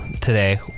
today